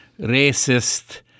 racist